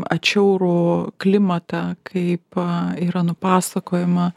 atšiaurų klimatą kaip yra nupasakojama